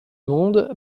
monde